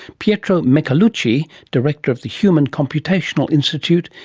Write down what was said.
pietro michelucci, director of the human computational institute,